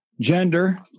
gender